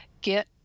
get